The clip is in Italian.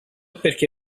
perché